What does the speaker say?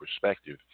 perspective